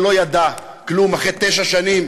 שלא ידע כלום אחרי תשע שנים